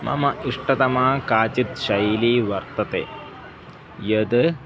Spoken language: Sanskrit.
मम इष्टतमा काचित् शैली वर्तते यद्